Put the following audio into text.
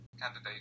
candidate